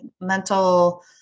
mental